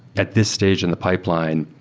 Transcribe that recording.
at this stage in the pipeline,